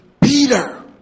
Peter